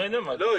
לא,